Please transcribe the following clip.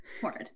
Horrid